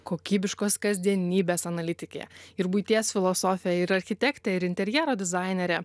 kokybiškos kasdienybės analitikė ir buities filosofė ir architektė ir interjero dizainerė